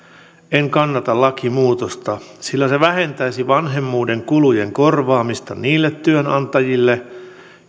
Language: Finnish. en kannata lakimuutosta sillä se vähentäisi vanhemmuuden kulujen korvaamista niille työnantajille